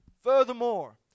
Furthermore